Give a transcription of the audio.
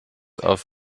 auf